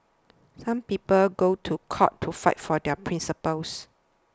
some people go to court to fight for their principles